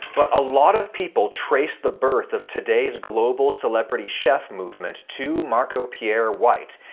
but a lot of people trace the birth of today's global celebrity chef movement to marco pierre white.